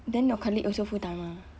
then your colleague also full timer